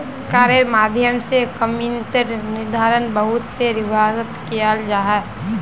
सरकारेर माध्यम से कीमतेर निर्धारण बहुत से विभागत कियाल जा छे